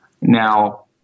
Now